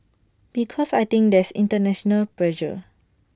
because I think there's International pressure